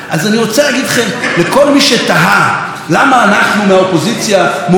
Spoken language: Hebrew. לכל מי שתהה למה אנחנו מהאופוזיציה מובילים את חוק הגיוס,